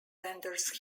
renders